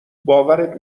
باورت